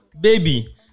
baby